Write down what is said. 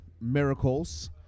miracles